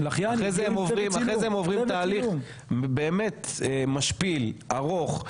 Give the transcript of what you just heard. אחרי זה הם עוברים תהליך באמת משפיל ארוך,